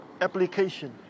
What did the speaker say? application